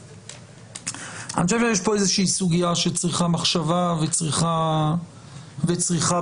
אני חושב שיש פה סוגיה שצריכה מחשבה וצריכה בירור.